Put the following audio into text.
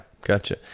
Gotcha